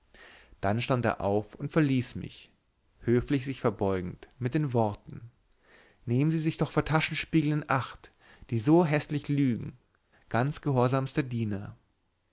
dann stand er auf und verließ mich höflich sich verbeugend mit den worten nehmen sie sich doch vor taschenspiegeln in acht die so häßlich lügen ganz gehorsamster diener